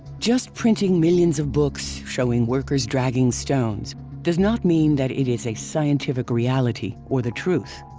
just printing millions of books showing workers dragging stones does not mean that it is a scientific reality or the truth.